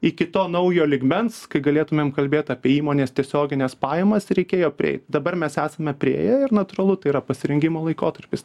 iki to naujo lygmens kai galėtumėm kalbėt apie įmonės tiesiogines pajamas reikėjo prieit dabar mes esame priėję ir natūralu tai yra pasirengimo laikotarpis tam